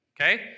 Okay